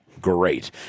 great